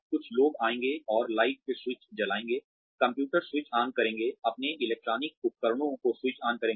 कुछ लोग आएँगे और लाइट के स्विच जलाएंगे कंप्यूटर स्विच ऑन करेंगे अपने इलेक्ट्रॉनिक उपकरणों को स्विच ऑन करेंगे